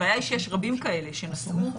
הבעיה שיש רבים כאלה, שנסעו.